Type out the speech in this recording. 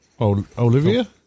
Olivia